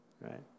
right